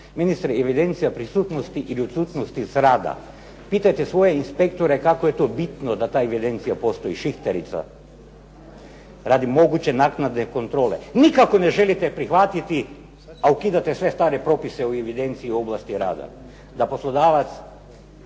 Ministri, evidencija prisutnosti ili odsutnosti s rada. Pitajte svoje inspektore kako je to bitno da ta evidencija postoji, šihterica, radi moguće naknade kontrole. Nikako ne želite prihvatiti, a ukidate sve stare propise u evidenciji ovlasti rada, da poslodavac,